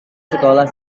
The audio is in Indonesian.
sekolah